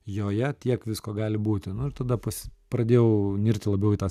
joje tiek visko gali būti nu ir tada pas pradėjau nirti labiau į tą